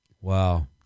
Wow